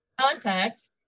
contacts